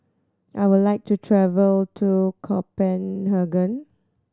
I would like to travel to Copenhagen